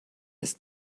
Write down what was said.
ist